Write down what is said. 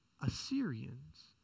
Assyrians